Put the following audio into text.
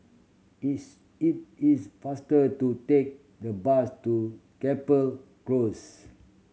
it's it is faster to take the bus to Gapel Close